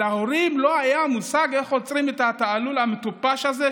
להורים לא היה מושג איך עוצרים את התעלול המטופש הזה,